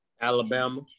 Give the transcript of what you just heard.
Alabama